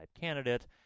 candidate